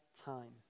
time